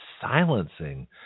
silencing